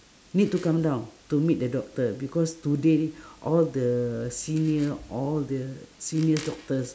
need to come down to meet the doctor because today all the senior all the seniors doctors